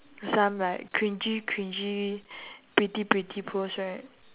some like cringy cringy pretty pretty post right